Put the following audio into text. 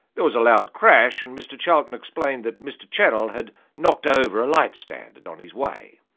there was a loud crash and mr charlton explained that mr channel had knocked over a light standard on his way.